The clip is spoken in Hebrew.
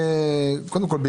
שאלות.